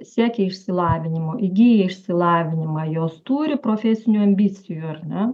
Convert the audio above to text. siekia išsilavinimo įgyja išsilavinimą jos turi profesinių ambicijų ar ne